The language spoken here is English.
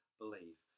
believe